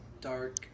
Dark